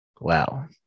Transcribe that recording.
Wow